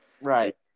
Right